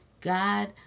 God